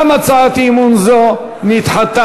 גם הצעת אי-אמון זו נדחתה.